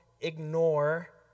ignore